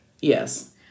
Yes